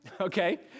okay